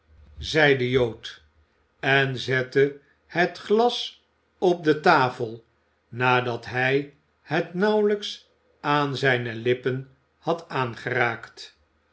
wrijvende jood en zette het glas op de tafel nadat hij het nauwelijks aan zijne lippen had aangeraakt